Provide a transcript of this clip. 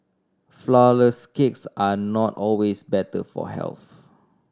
flourless cakes are not always better for health